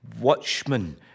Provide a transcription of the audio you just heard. watchmen